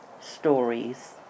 stories